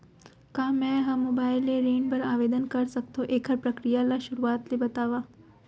का मैं ह मोबाइल ले ऋण बर आवेदन कर सकथो, एखर प्रक्रिया ला शुरुआत ले बतावव?